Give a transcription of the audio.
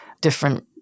different